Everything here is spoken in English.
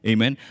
Amen